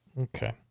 okay